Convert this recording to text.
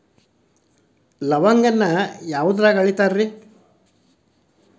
ಲವಂಗಾನ ಯಾವುದ್ರಾಗ ಅಳಿತಾರ್ ರೇ?